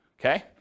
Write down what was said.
okay